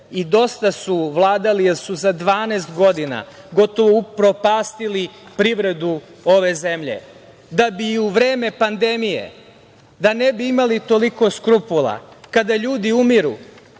i dosta su vladali, jer su za 12 godina gotovo upropastili privredu ove zemlje, da bi u vreme pandemije, da ne bi imali toliko skrupula, kada ljudi umiru,